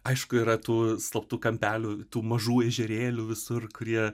aišku yra tų slaptų kampelių tų mažų ežerėlių visur kurie